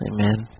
Amen